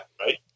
Right